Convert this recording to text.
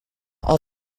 are